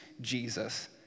Jesus